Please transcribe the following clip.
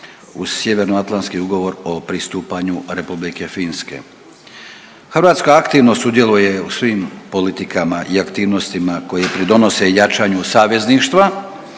uz Sjeveroatlantski ugovor o pristupanju Republike Finske. Hrvatska aktivno sudjeluje u svim politikama i aktivnostima koje pridonose jačanju savezništva